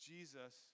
Jesus